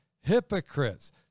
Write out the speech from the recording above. hypocrites